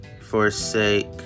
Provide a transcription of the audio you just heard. forsake